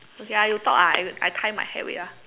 okay ah you talk ah I I tie my hair wait ah